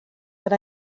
but